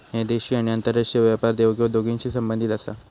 ह्या देशी आणि आंतरराष्ट्रीय व्यापार देवघेव दोन्हींशी संबंधित आसा